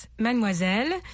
mademoiselle